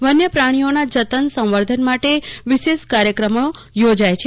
વન્ય પ્રાજ્ઞીઓના જતન સંવર્ધન માટે વિશેષ કાર્યક્રમો પજ્ઞ યોજાયા છે